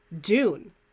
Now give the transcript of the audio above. Dune